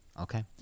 okay